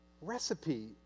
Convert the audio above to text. recipe